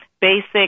basic